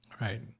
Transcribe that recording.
Right